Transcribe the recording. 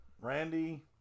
Randy